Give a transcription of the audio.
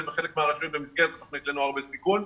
בחלק מהרשויות במסגרת התכנית לנוער בסיכון,